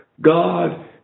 God